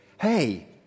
hey